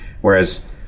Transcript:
whereas